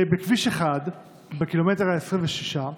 בכביש 1, בקילומטר ה-26,